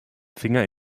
finger